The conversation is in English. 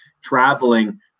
traveling